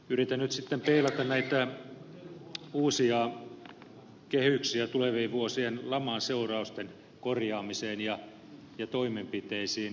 yritän nyt sitten peilata näitä uusia kehyksiä tulevien vuosien laman seurausten korjaamiseen ja toimenpiteisiin